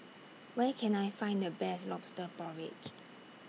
Where Can I Find The Best Lobster Porridge